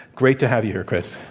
great to have you here, chris.